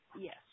Yes